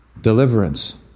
deliverance